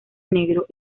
negro